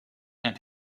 and